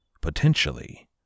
Potentially